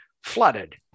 flooded